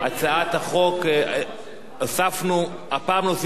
הפעם נוסיף אותך לפרוטוקול,